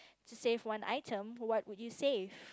to save one item what would you save